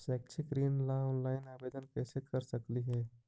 शैक्षिक ऋण ला ऑनलाइन आवेदन कैसे कर सकली हे?